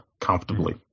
comfortably